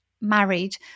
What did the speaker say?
married